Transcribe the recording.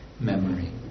memory